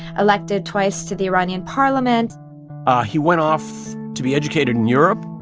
elected twice to the iranian parliament he went off to be educated in europe.